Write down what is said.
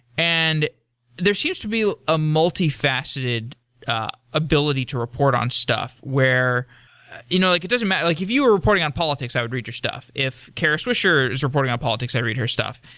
and there seems to be a multi faceted ability to report on stuff, where you know like it doesn't matter like if you were reporting on politics, i would read your stuff. if kara swisher is reporting on politics, i read her stuff.